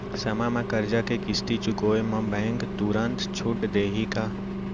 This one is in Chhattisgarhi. समय म करजा के किस्ती चुकोय म बैंक तुरंत छूट देहि का?